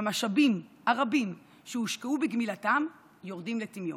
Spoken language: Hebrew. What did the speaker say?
והמשאבים הרבים שהושקעו בגמילתם יורדים לטמיון.